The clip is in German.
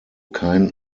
kein